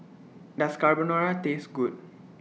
Does Carbonara Taste Good